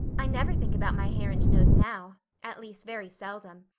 i never think about my hair and nose now at least, very seldom.